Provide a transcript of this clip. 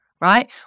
right